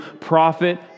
prophet